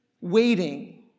waiting